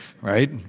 right